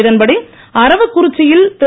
இதன்படி அரவக்குறிச்சியில் திரு